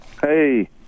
Hey